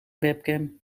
webcam